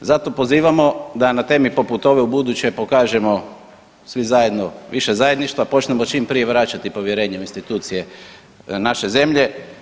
Zato pozivamo da na temi poput ove ubuduće pokažemo svi zajedno više zajedništva, počnemo čim prije vraćati povjerenje u institucije naše zemlje.